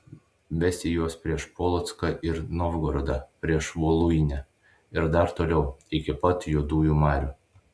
vesi juos prieš polocką ir novgorodą prieš voluinę ir dar toliau iki pat juodųjų marių